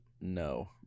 No